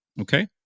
okay